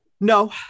No